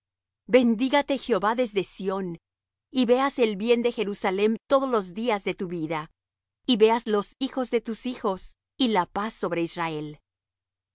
bendígate jehová desde sión y veas el bien de jerusalem todos los días de tu vida y veas los hijos de tus hijos y la paz sobre israel